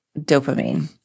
dopamine